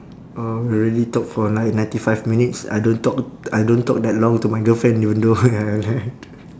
uh we already talk for like ninety five minutes I don't talk I don't talk that long to my girlfriend you know ya